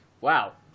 Wow